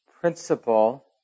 principle